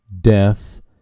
death